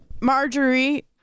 Marjorie